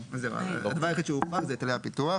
הדבר היחידי שהוחרג הוא היטלי הפיתוח.